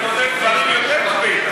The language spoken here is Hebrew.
כותב דברים יותר טובים.